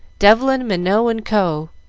devlin, minot, and co.